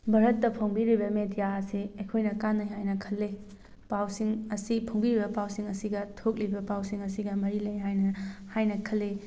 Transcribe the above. ꯚꯥꯔꯠꯇ ꯐꯣꯡꯕꯤꯔꯤꯕ ꯃꯦꯗꯤꯌꯥ ꯑꯁꯤ ꯑꯩꯈꯣꯏꯅ ꯀꯥꯅꯩ ꯍꯥꯏꯅ ꯈꯜꯂꯤ ꯄꯥꯎꯁꯤꯡ ꯑꯁꯤ ꯐꯣꯡꯕꯤꯔꯤꯕ ꯄꯥꯎꯁꯤꯡ ꯑꯁꯤꯒ ꯊꯣꯛꯂꯤꯕ ꯄꯥꯎꯁꯤꯡ ꯑꯁꯤꯒ ꯃꯔꯤ ꯂꯩ ꯍꯥꯏꯅ ꯍꯥꯏꯅ ꯈꯜꯂꯤ